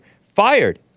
fired